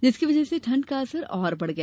जिसकी वजह से ठंड का असर और बढ़ गया